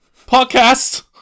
Podcast